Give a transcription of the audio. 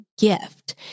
gift